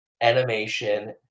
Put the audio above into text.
animation